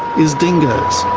is dingoes.